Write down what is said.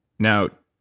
now,